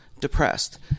depressed